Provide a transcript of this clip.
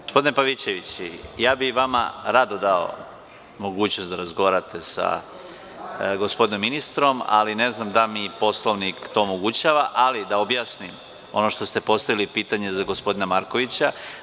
Gospodine Pavićeviću, ja bih vama rado dao mogućnost da razgovarate sa gospodinom ministrom, ali ne znam da li mi Poslovnik to omogućava, ali da objasnim ono što ste postavili pitanje za gospodina Markovića.